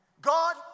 God